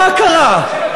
מה קרה?